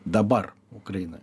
dabar ukrainoj